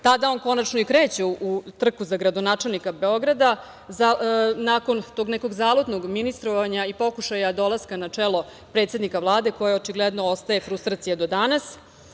Tada on konačno i kreće u trku za gradonačelnika Beograda nakon tog nekog zalognog ministrovanja i pokušaja dolaska na čelo predsednika Vlade koja očigledno ostaje frustracija do danas.